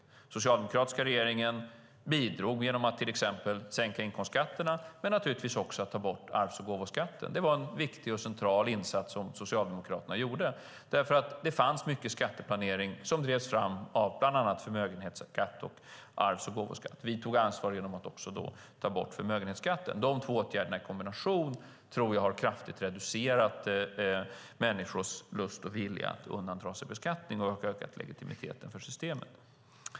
Den socialdemokratiska regeringen bidrog med att till exempel sänka inkomstskatterna och att ta bort arvs och gåvoskatten. Det var en viktig och central insats som Socialdemokraterna gjorde. Det fanns mycket skatteplanering som drevs fram av bland annat förmögenhetsskatt och arvs och gåvoskatt. Vi tog ansvar genom att ta bort förmögenhetsskatten. De två åtgärderna i kombination tror jag kraftigt har reducerat människors lust och vilja att undandra sig beskattning och har ökat legitimiteten för systemet.